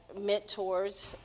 mentors